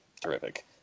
terrific